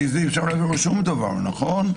בלי זה אי-אפשר להעביר שום דבר, נכון?